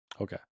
Okay